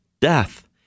death